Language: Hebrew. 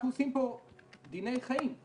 אנחנו עושים פה דיני חיים.